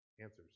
answers